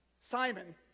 Simon